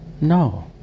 No